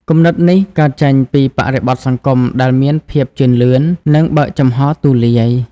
គំនិតនេះកើតចេញពីបរិបទសង្គមដែលមានភាពជឿនលឿន និងបើកចំហទូលាយ។